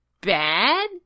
bad